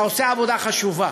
אתה עושה עבודה חשובה.